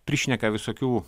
prišneka visokių